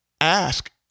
ask